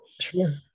Sure